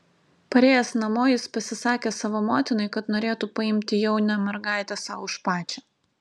parėjęs namo jis pasisakė savo motinai kad norėtų paimti jaunę mergaitę sau už pačią